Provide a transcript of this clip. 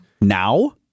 Now